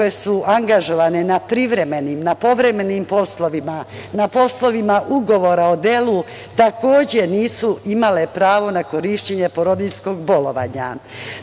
koje su angažovane na privremenim, na povremenim poslovima, na poslovnima ugovora o delu nisu imale pravo na korišćenje porodiljskog bolovanje. Takođe,